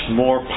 more